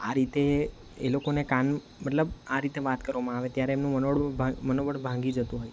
આ રીતે એ લોકોને કાન મતલબ આ રીતે વાત કરવામાં આવે ત્યારે એમનું મનોબળ ભાંગ મનોબળ ભાંગી જતું હોય છે